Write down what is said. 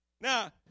Now